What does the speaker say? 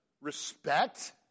respect